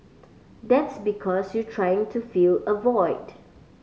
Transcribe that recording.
that's because you're trying to fill a void